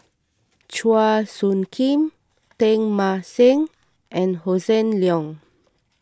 Chua Soo Khim Teng Mah Seng and Hossan Leong